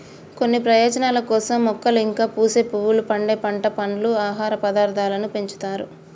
కొన్ని ప్రయోజనాల కోసం మొక్కలు ఇంకా పూసే పువ్వులు, పండే పంట, పండ్లు, ఆహార పదార్థాలను పెంచుతారు